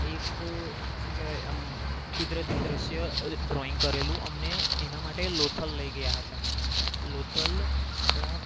એક શું કહેવાય આમ કુદરતી દૃશ્ય ડ્રોઈંગ કરેલું અમને એના માટે લોથલ લઈ ગયા હતા લોથલ આપણા